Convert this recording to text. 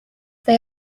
they